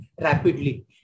rapidly